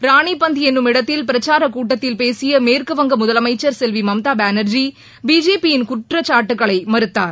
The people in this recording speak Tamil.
ராணிபந்த் என்னும் இடத்தில் பிரச்சாரக் கூட்டத்தில் பேசிய மேற்கு வங்க முதலமைச்சர் செல்வி மம்தா பானார்ஜி பிஜேபியின் குற்றச்சாட்டுகளை மறுத்தார்